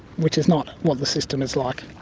which is not what the system is like.